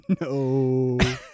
No